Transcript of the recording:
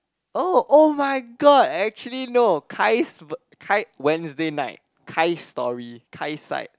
oh [oh]-my-god I actually know Kai's Kai Wednesday night Kai's story Kai's side